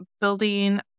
building